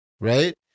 right